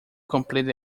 completed